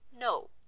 No